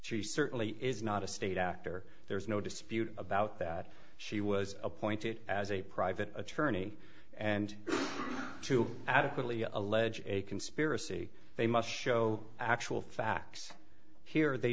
she certainly is not a state actor there is no dispute about that she was appointed as a private attorney and to adequately allege a conspiracy they must show actual facts here they